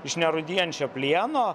iš nerūdijančio plieno